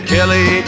Kelly